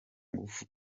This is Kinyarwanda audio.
ngufu